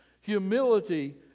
Humility